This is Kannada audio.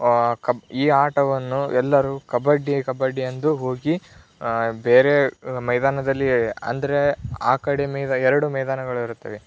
ಕಬ್ ಈ ಆಟವನ್ನು ಎಲ್ಲರೂ ಕಬಡ್ಡಿ ಕಬಡ್ಡಿ ಎಂದು ಹೋಗಿ ಬೇರೆ ಮೈದಾನದಲ್ಲಿ ಅಂದರೆ ಆ ಕಡೆ ಮಿಯ್ದಾ ಎರಡು ಮೈದಾನಗಳು ಇರುತ್ತವೆ